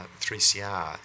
3CR